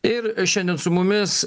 ir šiandien su mumis